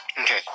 Okay